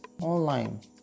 online